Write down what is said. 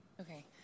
Okay